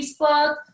Facebook